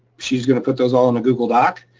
she's gonna put those all in a google doc,